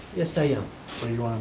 yes i am. what are you